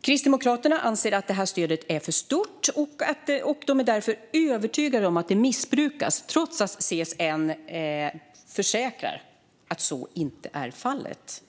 Kristdemokraterna anser att stödet är för stort, och de är därför övertygade om att stödet missbrukas, trots att CSN försäkrar att så inte är fallet.